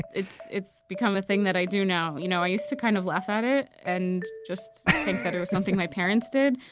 it's it's become a thing that i do now. you know i used to kind of laugh at it and just think that it was something my parents did.